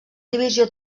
divisió